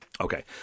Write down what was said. Okay